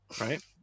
Right